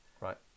Right